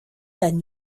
new